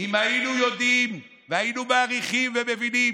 אם היינו יודעים והיינו מעריכים ומבינים